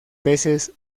veces